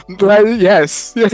yes